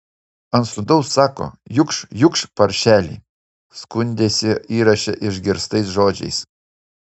ant sūnaus sako jukš jukš paršeli skundėsi įraše išgirstais žodžiais